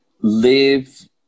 live